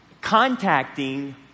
contacting